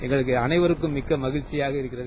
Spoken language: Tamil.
எங்கள் அனைவருக்கும் மிக்க மகிழ்ச்சியாக இருக்கிறது